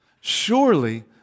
Surely